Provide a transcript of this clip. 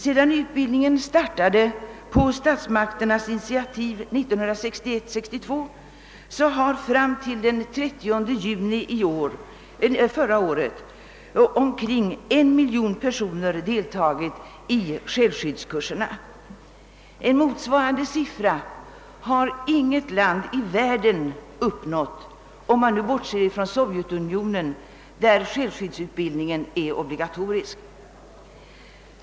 Sedan utbildningen startade på statsmakternas initiativ 1961—1962 har fram till den 30 juni 1967 omkring 1 miljon personer deltagit i självskyddskurser. Inget land i världen kan redovisa motsvarande siffror — om man bortser från Sovjetunionen, där självskyddsutbildningen dock är obligatorisk.